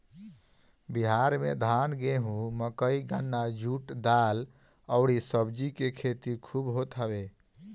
बिहार में धान, गेंहू, मकई, गन्ना, जुट, दाल अउरी सब्जी के खेती खूब होत हवे